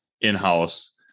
in-house